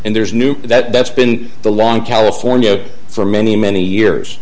and there's new that that's been the long california for many many years